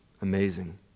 Amazing